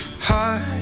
heart